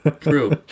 True